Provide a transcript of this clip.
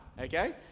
Okay